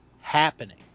happening